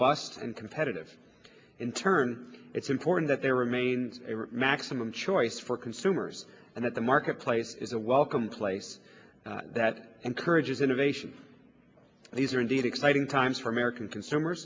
bust and competitive in turn it's important that there remain maximum choice for consumers and that the marketplace is a welcome place that encourages innovation and these are indeed exciting times for american consumer